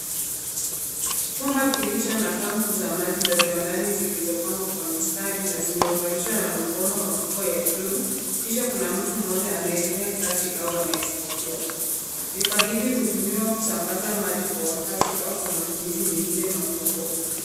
Chumba kilicho na pampu za maji za ndani zilizo pangwa kwa mistari na zime unganishwa na mabomba makubwa ya bluu kisha kuna mtu mmoja anaye fanya kazi au anaye zi kagua. Vifaa hivi hutumiwa kusambaza maji au kwa matumizi mengine makubwa.